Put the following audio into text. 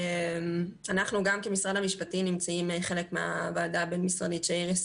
אנחנו כמשרד המשפטים נמצאים כחלק מהוועדה הבין-משרדית שאיריס